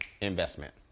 investment